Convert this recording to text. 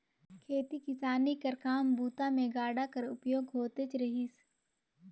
खेती किसानी कर काम बूता मे गाड़ा कर उपयोग होतेच रहिस